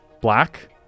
Black